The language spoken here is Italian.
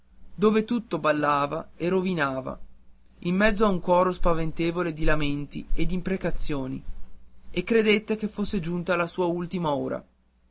dove tutto ballava e rovinava in mezzo a un coro spaventevole di lamenti e d'imprecazioni e credette che fosse giunta la sua ultima ora